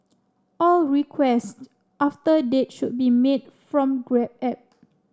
all requests after that date should be made from Grab app